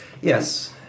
yes